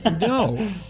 No